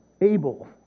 Abel